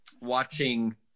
watching